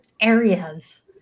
areas